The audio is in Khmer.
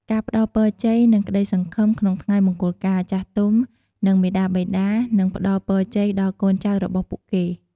ការផ្តល់ពរជ័យ និងក្ដីសង្ឃឹម ក្នុងថ្ងៃមង្គលការ ចាស់ទុំ និងមាតាបិតានឹងផ្តល់ពរជ័យដល់កូនចៅរបស់ពួកគេ។